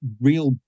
real